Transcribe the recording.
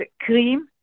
cream